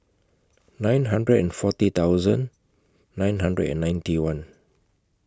nine hundred and forty thousand nine hundred and ninety one